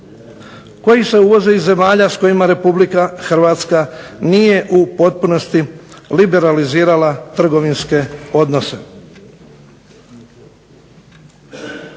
koji se uvoze iz zemalja s kojima Republika Hrvatska nije u potpunosti liberalizirala trgovinske odnose.